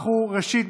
ראשית,